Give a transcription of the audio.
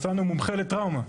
מצאנו מומחה לטראומה.